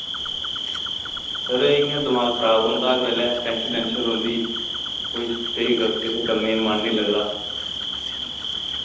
sir इ'य्यां दमाक खराब रोह्नदा हर बेल्लै टैंशन टैंशन रोह्नदी कोई स्हेई किसे कम्मे मन नि लगदा